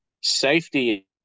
safety